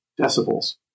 decibels